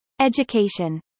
Education